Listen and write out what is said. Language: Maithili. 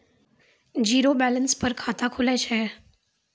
जीरो बैलेंस पर खाता खुले छै?